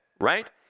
right